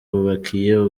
bubakiye